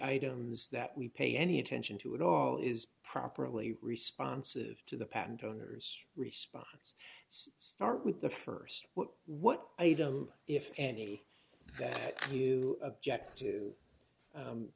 items that we pay any attention to it all is properly responsive to the patent owner's response so start with the st what what item if any that you object to